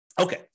Okay